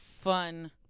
fun